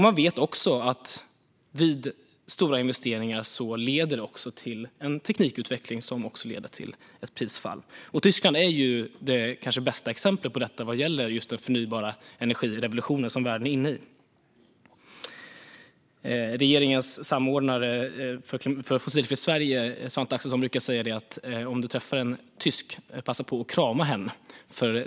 Man vet också att stora investeringar leder till en teknikutveckling, som i sin tur leder till ett prisfall. Tyskland är kanske det bästa exemplet på detta när det gäller den förnybara energirevolutionen som världen är inne i. Regeringens samordnare för Fossilfritt Sverige, Svante Axelsson, brukar säga att om du träffar en tysk ska du passa på att krama hen.